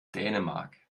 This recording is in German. dänemark